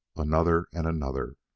another, and another,